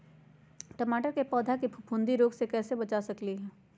टमाटर के पौधा के फफूंदी रोग से कैसे बचा सकलियै ह?